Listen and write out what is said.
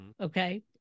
okay